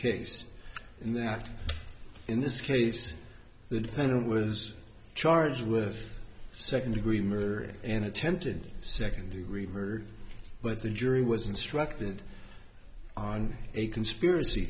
case and that in this case the defendant was charged with second degree murder and attempted second degree murder but the jury was instructed on a conspiracy